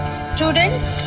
students.